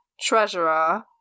treasurer